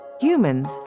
Humans